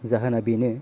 जाहोना बेनो